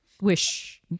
wish